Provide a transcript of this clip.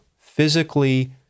physically